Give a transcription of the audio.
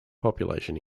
population